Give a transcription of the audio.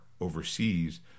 overseas